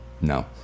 No